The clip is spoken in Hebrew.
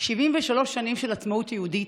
73 שנים של עצמאות יהודית,